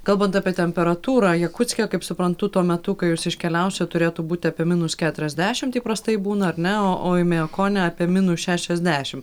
kalbant apie temperatūrą jakutske kaip suprantu tuo metu kai jūs iškeliausit turėtų būt apie minus keturiasdešimt įprastai būna ar ne o oimiakone apie minus šešiasdešim